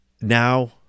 now